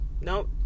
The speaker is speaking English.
nope